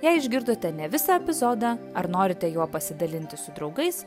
jei išgirdote ne visą epizodą ar norite juo pasidalinti su draugais